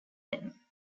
them